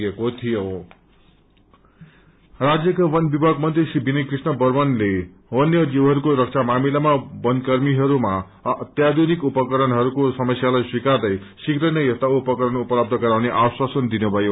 forest demand राज्यका वन विभाग मंत्री श्र विनय कृष्ण वर्मनले वन्य जीवहरूको रक्षा मामिलामा वन कर्मीहरूमा अत्याधुनिक उपकरणहरूको समस्यालाई स्वीकदै शीघ्र नै यस्ता उपकरण उपलब्ध बराउने आश्वासन दिनुभयो